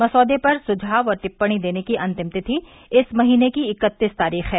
मसौदे पर सुझाव और टिपणी देने की अंतिम तिथि इस महीने की इकत्तीस तारीख है